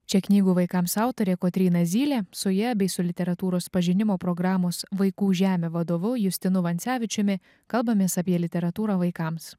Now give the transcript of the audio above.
čia knygų vaikams autorė kotryna zylė su ja bei su literatūros pažinimo programos vaikų žemė vadovu justinu vancevičiumi kalbamės apie literatūrą vaikams